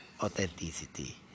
authenticity